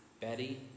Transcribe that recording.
Betty